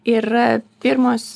ir pirmos